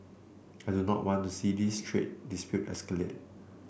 I do not want to see this trade dispute escalate